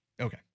okay